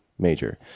major